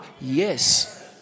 Yes